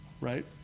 right